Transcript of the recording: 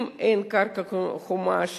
אם אין קרקע חומה,